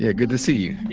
yeah good to see you. yeah.